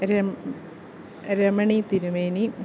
രം രമണി തിരുമേനി